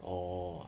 orh